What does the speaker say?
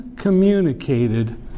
communicated